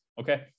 Okay